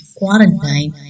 quarantine